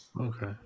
okay